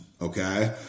Okay